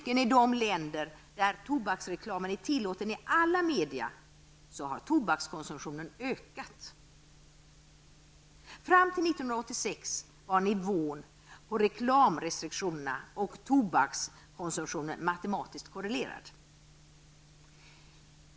I de länder där tobaksreklam är tillåten i alla media har tobakskonsumtionen ökat. -- Fram till 1986 var nivån på reklamrestriktionerna och tobakskonsumtionen matematiskt korrelerad.